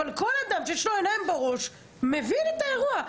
אבל כל אדם שיש לו עיניים בראש מבין את האירוע.